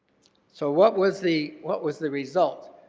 so, what was the what was the result?